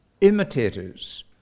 imitators